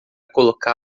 colocá